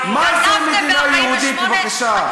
ואתם לא רציתם לכבד אותה.